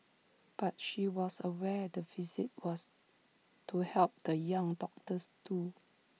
but she was aware the visit was to help the young doctors too